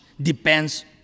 depends